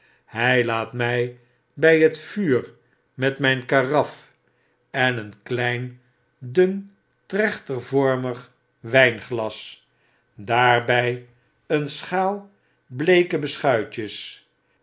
hy laat my by het vuur met mjjn karaf en een klein dun trechtervormig wijnglas daarbij een schaal bleeke beschuitjes